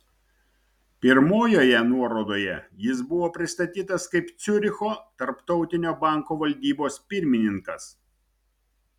pirmojoje nuorodoje jis buvo pristatytas kaip ciuricho tarptautinio banko valdybos pirmininkas